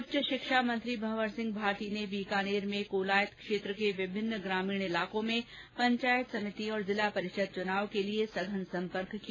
उच्च शिक्षा मंत्री भंवरसिंह भाटी ने बीकानेर में कोलायत क्षेत्र को विभिन्न ग्रामीण इलाकों में पंचायत समिति और जिला परिषद चुनाव के लिये सघन संपर्क किया